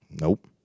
Nope